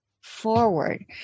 forward